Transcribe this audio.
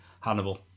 Hannibal